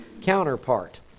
counterpart